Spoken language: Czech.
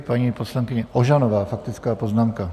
Paní poslankyně Ožanová, faktická poznámka.